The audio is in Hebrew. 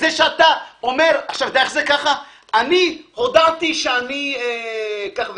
אתה אומר: אני הודעתי שאני כך וכך,